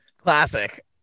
Classic